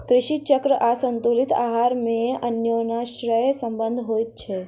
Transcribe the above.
कृषि चक्र आसंतुलित आहार मे अन्योनाश्रय संबंध होइत छै